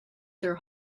their